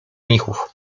mnichów